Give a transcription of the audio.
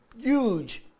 huge